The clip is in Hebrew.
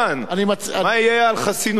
מה יהיה על חסינותי?